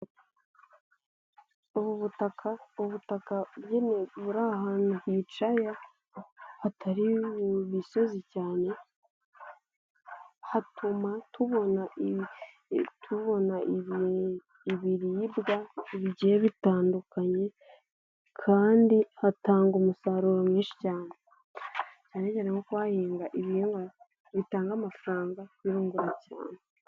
Ubu butaka, ubutaka buri ahantu hicaye hatari misozi cyane hatuma tubona, tubona ibiribwa bigiye bitandukanye kandi hatanga umusaruro mwinshi cyane, cyane cyane nko kuhahinga ibihingwa bitanga amafaranga birungura cyane.